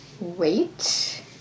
Wait